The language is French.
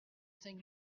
saint